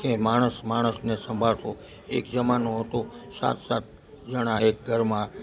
કે માણસ માણસને સંભાળતો એક જમાનો હતો સાત સાત જણા એક ઘરમાં